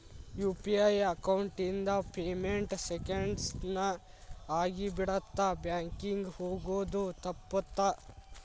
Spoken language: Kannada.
ಯು.ಪಿ.ಐ ಅಕೌಂಟ್ ಇಂದ ಪೇಮೆಂಟ್ ಸೆಂಕೆಂಡ್ಸ್ ನ ಆಗಿಬಿಡತ್ತ ಬ್ಯಾಂಕಿಂಗ್ ಹೋಗೋದ್ ತಪ್ಪುತ್ತ